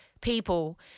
people